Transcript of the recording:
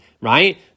right